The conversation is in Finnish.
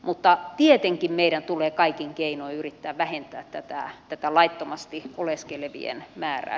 mutta tietenkin meidän tulee kaikin keinoin yrittää vähentää tätä laittomasti oleskelevien määrää